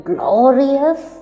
Glorious